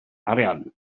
arian